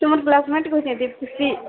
ତମର୍ କ୍ଲାସ୍ମେଟ୍ କହୁଚେଁ ଦୀପ୍ତି